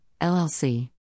LLC